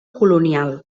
colonial